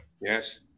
Yes